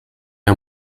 der